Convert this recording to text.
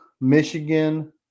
Michigan